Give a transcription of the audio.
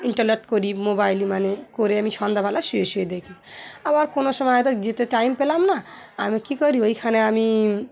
internet করি mobile মানে করে আমি সন্ধ্যাবেলা শুয়ে শুয়ে দেখি আবার কোনো সময় হয়তো যেতে টাইম পেলাম না আমি কী করি ওইখানে আমি